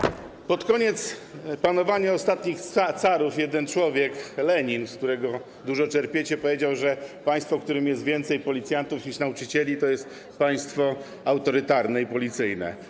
Pod koniec panowania ostatnich carów jeden człowiek - Lenin, z którego dużo czerpiecie, powiedział, że państwo, w którym jest więcej policjantów niż nauczycieli, to jest państwo autorytarne i policyjne.